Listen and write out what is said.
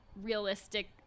realistic